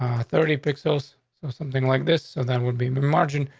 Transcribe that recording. um thirty pixels, so something like this. so that would be the margin.